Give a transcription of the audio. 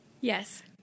Yes